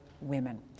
women